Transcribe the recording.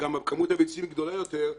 שכמות הביצים גם גדולה יותר,